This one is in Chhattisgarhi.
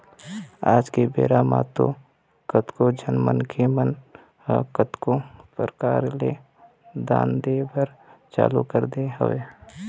आज के बेरा म तो कतको झन मनखे मन ह कतको परकार ले दान दे बर चालू कर दे हवय